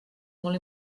molt